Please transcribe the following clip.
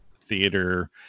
theater